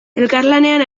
elkarlanean